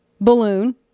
balloon